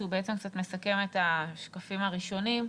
שהוא מסכם את השקפים הראשונים,